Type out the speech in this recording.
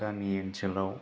गामि ओनसोलाव